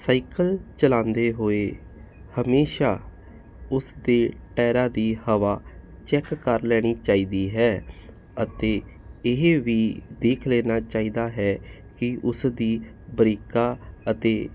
cycle ਚਲਾਉਂਦੇ ਹੋਏ ਹਮੇਸ਼ਾ ਉਸ ਦੇ ਟਾਇਰਾਂ ਦੀ ਹਵਾ ਚੈੱਕ ਕਰ ਲੈਣੀ ਚਾਹੀਦੀ ਹੈ ਅਤੇ ਇਹ ਵੀ ਦੇਖ ਲੈਣਾ ਚਾਹੀਦਾ ਹੈ ਕਿ ਉਸਦੀ ਬ੍ਰੇਕਾਂ ਅਤੇ